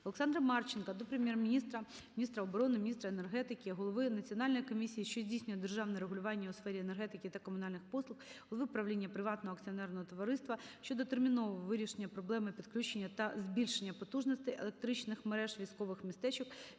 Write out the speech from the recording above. Олександра Марченка до Прем'єр-міністра, міністра оборони, мністра енергетики, голови Національної комісії, що здійснює державне регулювання у сферах енергетики та комунальних послуг, голови правління приватного акціонерного товариства щодо термінового вирішення проблеми підключення та збільшення потужностей електричних мереж військових містечок